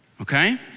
okay